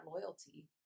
loyalty